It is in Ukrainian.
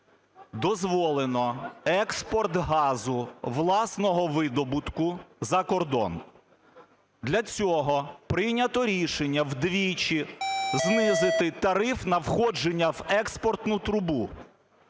дозволено експорт газу власного видобутку за кордон. Для цього прийнято рішення вдвічі знизити тариф на входження в експортну трубу.